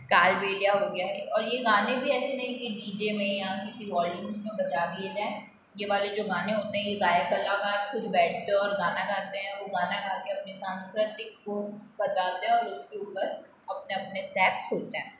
कालबेलिया हो गया और ये गानें भी ऐसे नहीं कि डी जे में या किसी और ऑलट्यून्स में बजा दिए जाएँ ये वाले जो गाने होते हैं ये गायक कलाकार खुद बैठ कर गाना गाते हैं वो गाना गा के अपने सांस्कृतिक को बताते हैं और उसके ऊपर अपने अपने स्टेप्स होते हैं